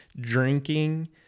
drinking